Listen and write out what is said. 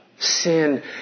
Sin